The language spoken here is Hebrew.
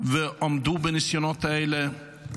עמדו בניסיונות האלה.